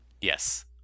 Yes